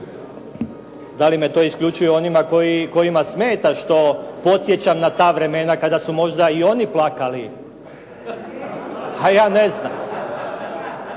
da li me to isključuju oni kojima smeta što podsjećam na ta vremena kada su možda i oni plakali? Ha ja ne znam.